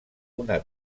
una